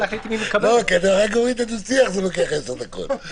"השלמת הבידוד במקום לבידוד מטעם המדינה